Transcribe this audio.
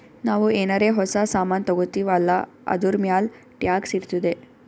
ನಾವು ಏನಾರೇ ಹೊಸ ಸಾಮಾನ್ ತಗೊತ್ತಿವ್ ಅಲ್ಲಾ ಅದೂರ್ಮ್ಯಾಲ್ ಟ್ಯಾಕ್ಸ್ ಇರ್ತುದೆ